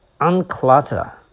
unclutter